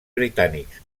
britànics